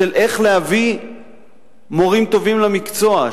של איך להביא מורים טובים למקצוע,